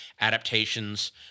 adaptations